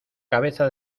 cabeza